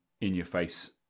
in-your-face